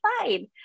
fine